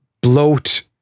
bloat